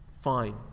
fine